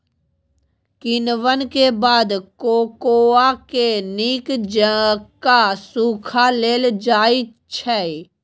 किण्वन के बाद कोकोआ के नीक जकां सुखा लेल जाइ छइ